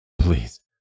Please